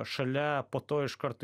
šalia po to iš kart